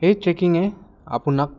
এই ট্ৰেকিঙে আপোনাক